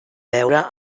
veure